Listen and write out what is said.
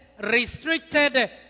restricted